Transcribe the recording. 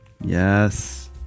Yes